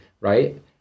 right